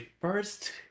first